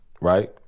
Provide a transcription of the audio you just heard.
right